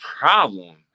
problem